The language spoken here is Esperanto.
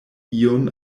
iun